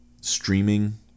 streaming